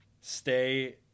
stay